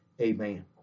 amen